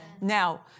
Now